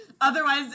otherwise